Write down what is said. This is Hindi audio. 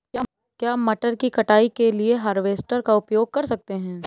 क्या मटर की कटाई के लिए हार्वेस्टर का उपयोग कर सकते हैं?